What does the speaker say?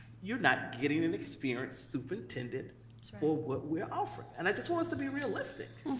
you're not getting an experienced superintendent for what we're offering, and i just want us to be realistic.